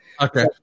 okay